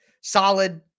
solid